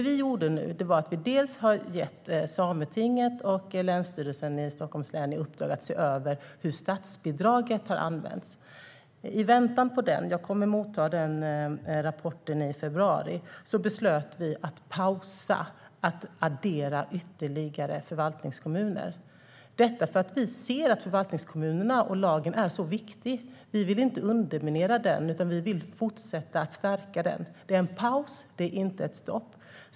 Vi har gett Sametinget och Länsstyrelsen i Stockholms län i uppdrag att se över hur statsbidraget har använts. Jag kommer att motta rapporten i februari, och i väntan på den beslöt vi att pausa adderandet av ytterligare förvaltningskommuner. Vi gör det för att vi ser att lagen och förvaltningskommunerna är så viktiga. Vi vill inte underminera detta utan fortsätta att stärka det. Det är en paus, inte ett stopp.